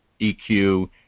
EQ